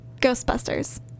Ghostbusters